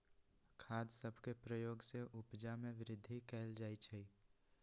खाद सभके प्रयोग से उपजा में वृद्धि कएल जाइ छइ